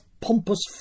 pompous